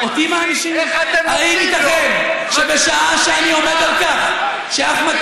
האם תיתכן מציאות שבה בשעה שאני נלחם על כך שמחבלת